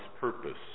purpose